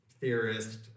theorist